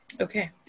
Okay